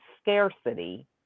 scarcity